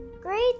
Great